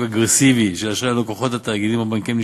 אגרסיבי של אשראי ללקוחות התאגידים הבנקאיים,